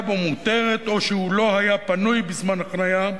בו מותרת או שהוא לא היה פנוי בזמן החנייה,